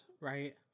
right